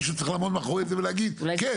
מישהו צריך לעמוד מאחורי זה ולהגיד 'כן,